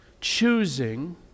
choosing